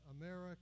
America